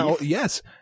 yes